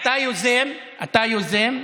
אתה היוזם, אתה היוזם.